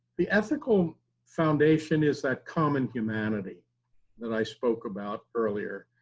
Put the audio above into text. the ethical foundation is that common humanity that i spoke about earlier.